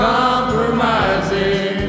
compromising